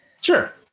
Sure